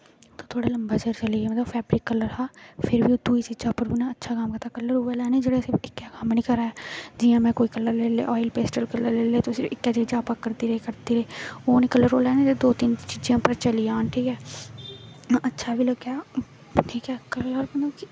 थोह्ड़ा लम्बां चिर चलेआ ओह्दा फैबरिक कल्लर हा फिर बी दुई चीजें पर अच्छा कम्म कीता कल्लर उ'ऐ लैन्ने जेह्ड़े असेंगी इक्कै कम्म नी करै जि'यां में कोई कल्लर लेई लेआ आयल पेस्टर कल्लर लेई लेआ तुस इक्कै चीजें पर करदे रेह् करदे रेह् ओह् नेह् कल्लर लैन्ने जेह्ड़े दो तिन्न चीजें पर चली जान ठीक ऐ अच्छा बी लग्गै ठीक ऐ कल्लर